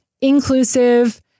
inclusive